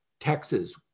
Texas